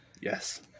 Yes